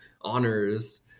honors